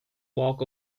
walk